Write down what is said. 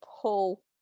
pull